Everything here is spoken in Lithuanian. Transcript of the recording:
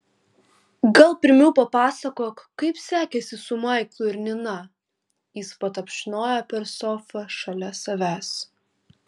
gal pirmiau papasakok kaip sekėsi su maiklu ir nina jis patapšnojo per sofą šalia savęs